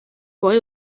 boy